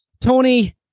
Tony